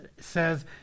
says